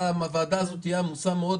והוועדה הזאת תהיה עמוסה מאוד.